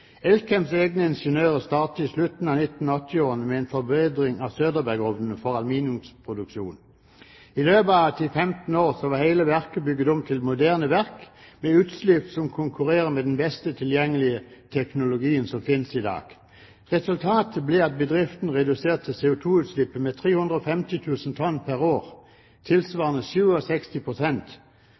Elkems egne ingeniører startet i slutten av 1980-årene på en forbedring av Søderberg-ovnene for aluminiumsproduksjon. I løpet av 10–15 år var hele verket bygget om til et moderne verk med utslipp som konkurrerer med den best tilgjengelige teknologien som finnes i dag. Resultatet ble at bedriften reduserte CO2-utslippet med 350 000 tonn pr. år, tilsvarende